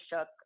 shook